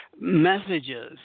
messages